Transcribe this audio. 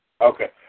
Okay